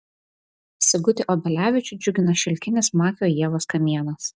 sigutį obelevičių džiugina šilkinis makio ievos kamienas